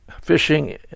fishing